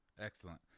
Excellent